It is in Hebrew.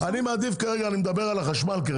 אני מדבר עכשיו על החשמל.